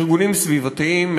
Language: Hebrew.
ארגונים סביבתיים,